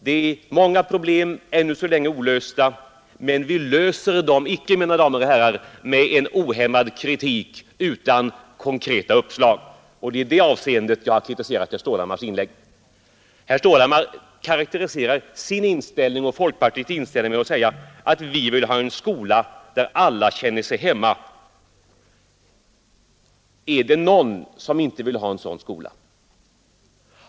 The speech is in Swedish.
Det finns många olösta problem, men vi löser dem inte genom att framföra en ohämmad kritik utan konkreta uppslag. Det är i det avseendet jag har kritiserat herr Stålhammars inlägg. Han karakteriserar sin och folkpartiets inställning genom att säga att man vill ha en skola där alla känner sig hemma. Är det någon som inte vill ha en sådan skola?